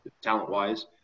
talent-wise